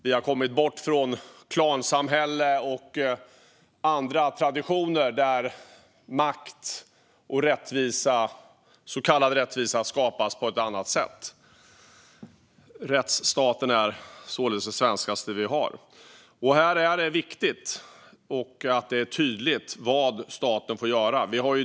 Vi har kommit bort från klansamhälle och andra traditioner där makt och så kallad rättvisa skapas på annat sätt. Rättsstaten är således det svenskaste vi har. Här är det viktigt att det är tydligt vad staten får göra.